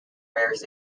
various